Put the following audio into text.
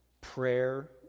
Prayer